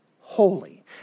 holy